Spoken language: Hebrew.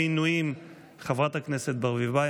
חברת הכנסת ברביבאי,